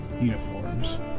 uniforms